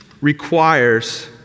requires